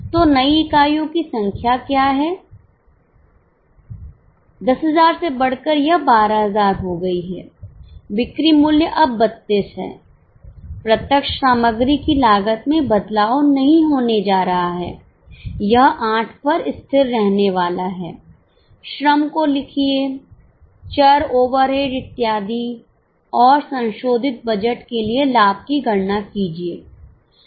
तो इकाइयों की नई संख्या क्या है 10000 से बढ़कर यह 12000 हो गई है बिक्री मूल्य अब 32 है प्रत्यक्ष सामग्री की लागत में बदलाव नहीं होने जा रहा है यह 8 पर स्थिर रहने वाला है श्रम को लिखिए चर ओवरहेड इत्यादि और संशोधित बजट के लिए लाभ की गणना कीजिए